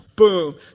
Boom